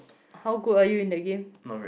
how good are you in the game